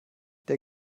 der